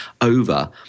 over